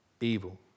evil